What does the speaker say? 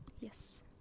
Yes